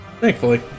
thankfully